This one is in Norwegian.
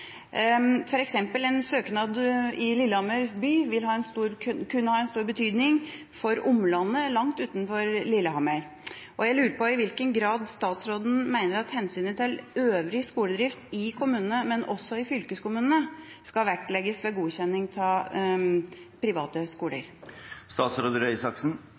en søknad i Lillehammer by kunne ha stor betydning for omlandet langt utenfor Lillehammer. Jeg lurer på i hvilken grad statsråden mener at hensynet til øvrig skoledrift i kommunene, men også i fylkeskommunene, skal vektlegges ved godkjenning av private